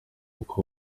uko